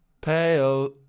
pale